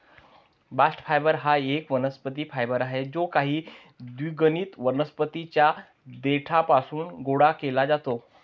bast fibre हा एक वनस्पती फायबर आहे जो काही द्विगुणित वनस्पतीं च्या देठापासून गोळा केला जातो